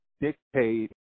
dictate